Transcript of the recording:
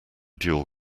dual